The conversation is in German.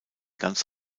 ganz